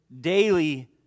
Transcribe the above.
daily